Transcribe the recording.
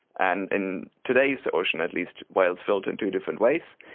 and in today's ocean at least, whales filter in two different ways.